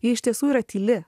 ji iš tiesų yra tyli